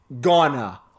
Ghana